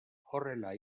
horrela